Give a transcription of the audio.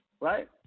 Right